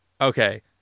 Okay